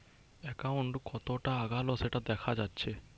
account কতোটা এগাল সেটা দেখা যাচ্ছে